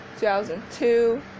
2002